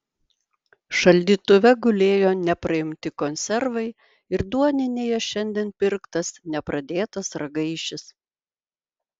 šaldytuve gulėjo nepraimti konservai ir duoninėje šiandien pirktas nepradėtas ragaišis